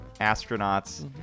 astronauts